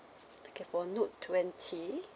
okay for note twenty